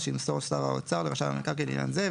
שימסור שר האוצר לרשם המקרקעין לעניין זה,